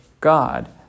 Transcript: God